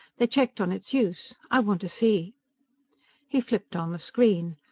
they checked on its use. i want to see he flipped on the screen.